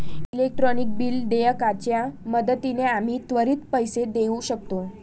electronic bill देयकाच्या मदतीने आम्ही त्वरित पैसे देऊ शकतो